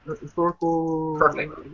historical